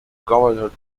governor